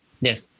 Yes